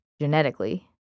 genetically